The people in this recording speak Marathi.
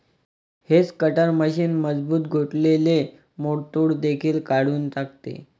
हेज कटर मशीन मजबूत गोठलेले मोडतोड देखील काढून टाकते